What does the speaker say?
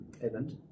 event